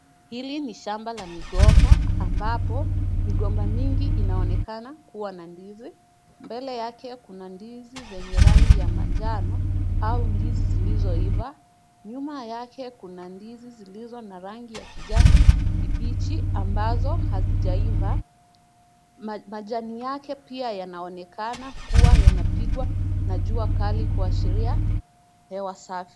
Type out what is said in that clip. Hili ni shamba la migomba ambapo migomba mingi inaonekana kuwa na ndizi. Mbele yake kuna ndizi zenye rangi ya manjano au ndizi zilizoiva. Nyuma yake kuna ndizi zilizo na rangi ya kijani kibichi ambazo hazijaiva. Majani yake pia yanaonekana kuwa yanapigwa na jua kali kuashiria hewa safi.